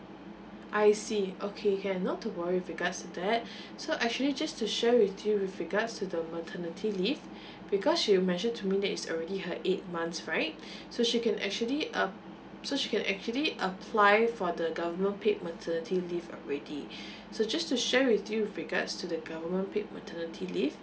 I see okay can not to worry with regards to that so actually just to share with you with regards to the maternity leave because you mention to me that is already her eight months right so she can actually um so she actually applying for the government paid maternity leave already so just to share with you with regards to the government paid maternity leave